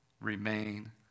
Remain